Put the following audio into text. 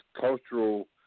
cultural